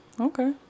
Okay